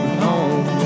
home